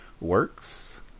works